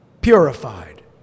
purified